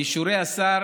ואישורי השר